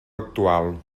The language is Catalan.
actual